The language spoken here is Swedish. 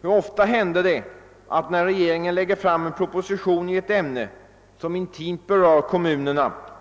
Hur ofta händer det när regeringen lägger fram en proposition i ett ärende som intimt berör kommunerna, att